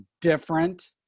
different